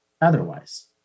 otherwise